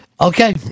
Okay